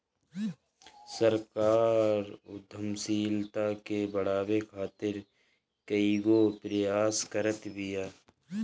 सरकार उद्यमशीलता के बढ़ावे खातीर कईगो प्रयास करत बिया